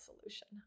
solution